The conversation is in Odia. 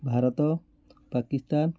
ଭାରତ ପାକିସ୍ତାନ